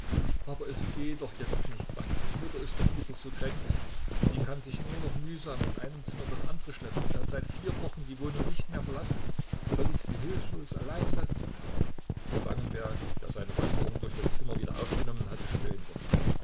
aber es geht doch jetzt nicht franz mutter ist doch wieder so kränklich sie kann sich doch nur mühsam von einem zimmer ins andere schleppen und hat seit vier wochen die wohnung nicht mehr verlassen soll ich sie hilflos allein lassen spangenberg der seine wanderung durch das zimmer wieder aufgenommen hatte stöhnte